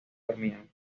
dormían